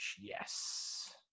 Yes